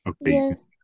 Yes